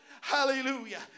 Hallelujah